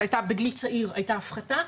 זה שבגיל צעיר הייתה הפחתה,